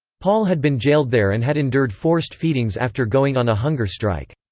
paul had been jailed there and had endured forced feedings after going on a hunger strike.